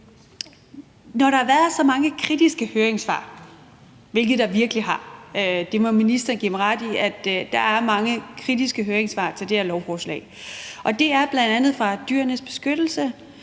når der har været så mange kritiske høringssvar, hvilket der virkelig har – det må ministeren give mig ret i; der er mange kritiske høringssvar til det her lovforslag – og det er bl.a. fra Dyrenes Beskyttelse,